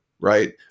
Right